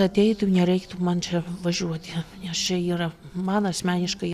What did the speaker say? ateitų nereiktų man čia važiuoti nes čia yra man asmeniškai